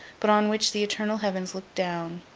but on which the eternal heavens looked down,